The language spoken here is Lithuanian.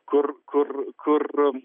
kur kur kur